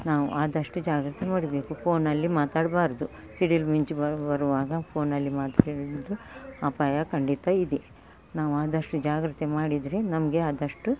ನಾವು ಆದಷ್ಟು ಜಾಗ್ರತೆ ಮಾಡಬೇಕು ಫೋನಲ್ಲಿ ಮಾತಾಡ್ಬಾರ್ದು ಸಿಡಿಲು ಮಿಂಚು ಬರುವಾಗ ಫೋನಲ್ಲಿ ಮಾತಾಡೋದು ಅಪಾಯ ಖಂಡಿತ ಇದೆ ನಾವು ಆದಷ್ಟು ಜಾಗ್ರತೆ ಮಾಡಿದರೆ ನಮಗೆ ಆದಷ್ಟು